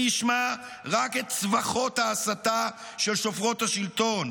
ישמע רק את צווחות ההסתה של שופרות השלטון.